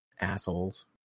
Assholes